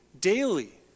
daily